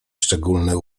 szczególny